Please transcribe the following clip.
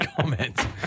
comment